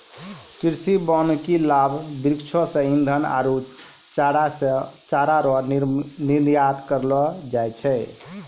कृषि वानिकी लाभ वृक्षो से ईधन आरु चारा रो निर्यात करलो जाय छै